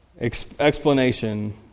explanation